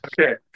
okay